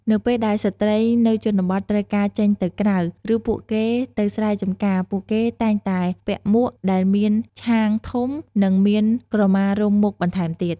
នៅពេលដែលស្ត្រីនៅជនបទត្រូវការចេញទៅក្រៅ ឬពួកគេទៅស្រែចំការពួកគេតែងតែពាក់មួកដែលមានឆាងធំនិងមានក្រមារុំមុខបន្ថែមទៀត។